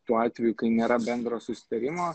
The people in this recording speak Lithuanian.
tuo atveju kai nėra bendro susitarimo